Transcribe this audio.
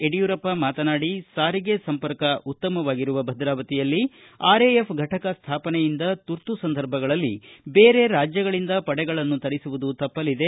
ಯಡಿಯೂರಪ್ಪ ಮಾತನಾಡಿ ಸಾರಿಗೆ ಸಂಪರ್ಕ ಉತ್ತಮವಾಗಿರುವ ಭದ್ರಾವತಿಯಲ್ಲಿ ಆರ್ಎಎಫ್ ಫಟಕ ಸ್ಟಾಪನೆಯಿಂದ ತುರ್ತು ಸಂದರ್ಭಗಳಲ್ಲಿ ಬೇರೆ ರಾಜ್ವಗಳಿಂದ ಪಡೆಗಳನ್ನು ತರಿಸುವುದು ತಪ್ಪಲಿದೆ